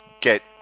get